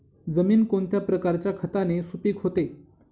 जमीन कोणत्या प्रकारच्या खताने सुपिक होते?